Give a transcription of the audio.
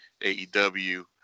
AEW